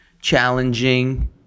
challenging